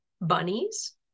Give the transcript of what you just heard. bunnies